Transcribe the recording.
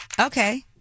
Okay